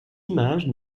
images